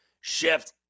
shift